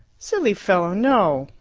silly fellow, no!